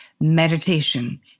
Meditation